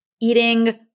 eating